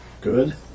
Good